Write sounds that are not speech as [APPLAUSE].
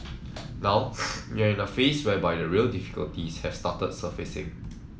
[NOISE] now we are in a phase whereby the real difficulties have started surfacing